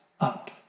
up